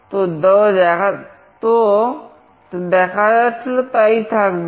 তো যা দেখা যাচ্ছিল তাই থাকবে